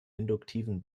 induktiven